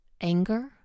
anger